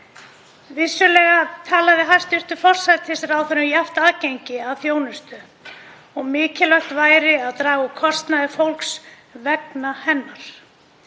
Vissulega talaði hæstv. forsætisráðherra um jafnt aðgengi að þjónustu, að mikilvægt væri að draga úr kostnaði fólks vegna hennar.